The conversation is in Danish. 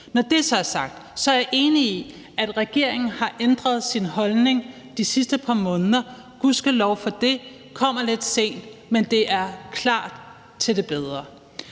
Når det så er sagt, er jeg enig i, at regeringen har ændret sin holdning de sidste par måneder. Gudskelov for det. Det kommer lidt sent, men det er klart til det bedre.